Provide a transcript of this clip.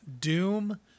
doom